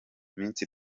minsi